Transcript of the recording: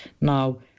Now